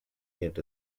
needed